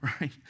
right